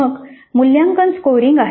मग मूल्यांकन स्कोअरिंग आहे